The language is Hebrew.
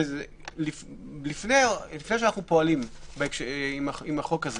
לפני שאנחנו פועלים עם החוק הזה